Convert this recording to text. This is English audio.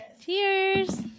Cheers